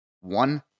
one